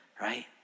right